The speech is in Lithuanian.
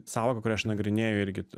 sąvoka kurią aš nagrinėju irgi